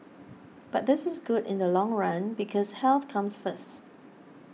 but this is good in the long run because health comes first